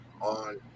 On